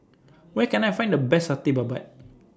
Where Can I Find The Best Satay Babat